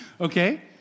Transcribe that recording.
Okay